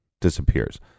Disappears